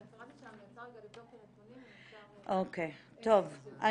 הרפרנטית שלנו יצאה רגע לבדוק את הנתונים אז אפשר --- אני רוצה